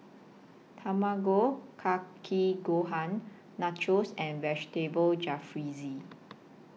Tamago Kake Gohan Nachos and Vegetable Jalfrezi